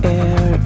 air